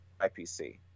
ipc